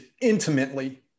intimately